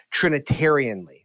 Trinitarianly